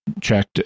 checked